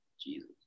Jesus